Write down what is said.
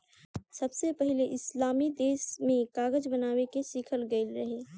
सबसे पहिले इस्लामी देश में कागज बनावे के सिखल गईल रहे